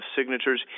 signatures